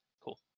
Cool